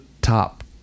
top